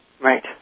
Right